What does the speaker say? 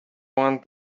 want